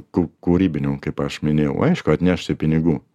ku kūrybinių kaip aš minėjau aišku atnešti pinigų